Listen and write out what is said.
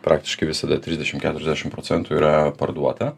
praktiškai visada trisdešim keturiasdešim procentų yra parduota